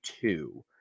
two